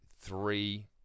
three